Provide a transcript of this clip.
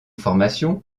formation